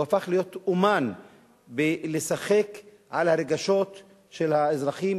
הוא הפך להיות אמן בלשחק על הרגשות של האזרחים,